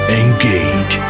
engage